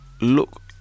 look